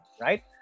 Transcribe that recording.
right